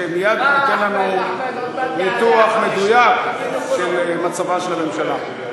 שמייד ייתן לנו ניתוח מדויק של מצבה של הממשלה.